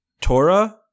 Torah